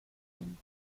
min